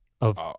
of-